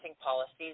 policies